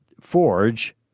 forge